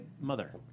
Mother